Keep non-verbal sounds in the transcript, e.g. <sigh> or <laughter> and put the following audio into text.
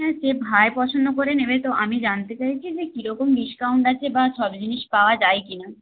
<unintelligible> ভাই পছন্দ করে নেবে তো আমি জানতে চাইছি যে কি রকম ডিসকাউন্ট আছে বা সব জিনিস পাওয়া যায় কি না